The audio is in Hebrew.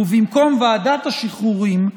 ובמקום ועדת השחרורים,